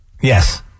Yes